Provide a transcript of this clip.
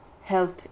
health